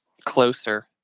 closer